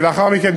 ולאחר מכן,